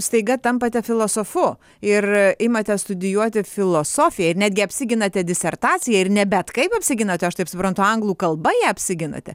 staiga tampate filosofu ir imate studijuoti filosofiją ir netgi apsiginate disertaciją ir ne bet kaip apsiginate aš taip suprantu anglų kalba ją apsiginate